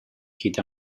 hit